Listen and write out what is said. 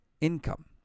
income